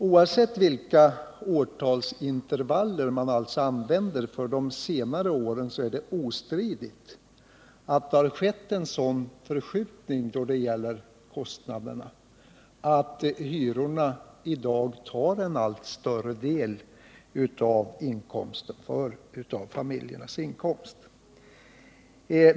Oavsett vilka årtalsintervaller man använder för de senare åren är det ostridigt att det har skett en sådan förskjutning då det gäller kostnaderna, att hyrorna i dag tar en allt större del av familjernas inkomster.